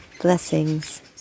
Blessings